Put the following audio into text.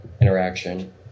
interaction